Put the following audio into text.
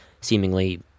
seemingly